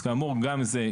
אז כאמור גם זה,